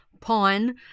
Pawn